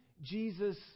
Jesus